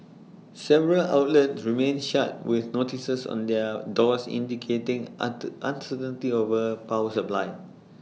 several outlets remained shut with notices on their doors indicating onto uncertainty over power supply